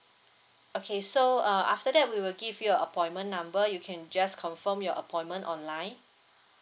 okay so uh after that we will give you a appointment number you can just confirm your appointment online